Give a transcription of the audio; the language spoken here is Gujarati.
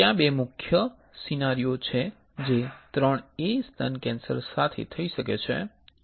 ત્યાં બે મુખ્ય સિનારિઓ છે જે IIIA સ્તન કેન્સર સાથે થઈ શકે છે